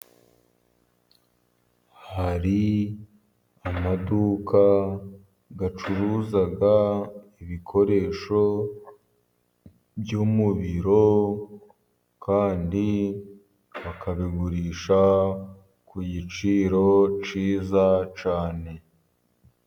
Hari amaduka acuruza ibikoresho by'umuriro, kandi bakabigurisha ku giciro cyiza cyane.